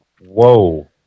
whoa